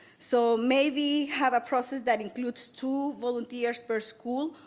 so, maybe have a process that includes two volunteers per school,